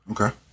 Okay